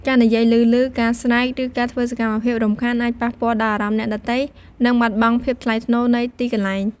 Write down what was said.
ការនិយាយឮៗ ការស្រែក ឬការធ្វើសកម្មភាពរំខាន អាចប៉ះពាល់ដល់អារម្មណ៍អ្នកដទៃ និងបាត់បង់ភាពថ្លៃថ្នូរនៃទីកន្លែង។